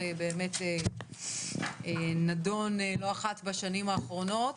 חוק שכבר באמת נדון לא אחת בשנים האחרונות